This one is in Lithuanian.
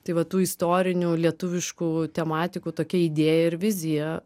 tai va tų istorinių lietuviškų tematikų tokia idėja ir vizija